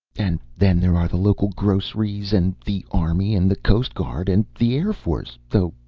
and then there are the local groceries, and the army, and the coast guard, and the air force though,